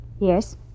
Yes